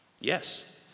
Yes